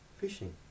fishing